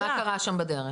מה קרה שם בדרך.